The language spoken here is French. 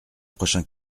prochain